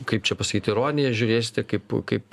kaip čia pasakyt ironija žiūrėsite kaip kaip